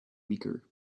weaker